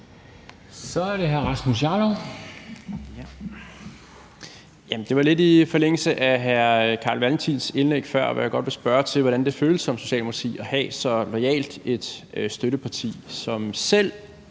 Så er det hr. Rasmus Jarlov.